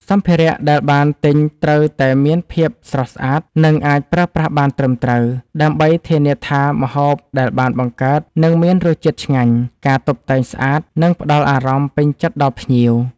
សំភារៈដែលបានទិញត្រូវតែមានភាពស្រស់ស្អាត និងអាចប្រើប្រាស់បានត្រឹមត្រូវ ដើម្បីធានាថាម្ហូបដែលបានបង្កើតនឹងមានរសជាតិឆ្ងាញ់ ការតុបតែងស្អាត និងផ្តល់អារម្មណ៍ពេញចិត្តដល់ភ្ញៀវ។